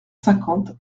cinquante